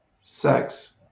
sex